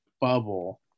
bubble